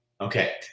Okay